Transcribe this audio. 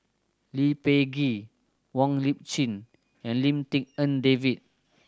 Lee Peh Gee Wong Lip Chin and Lim Tik En David